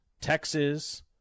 Texas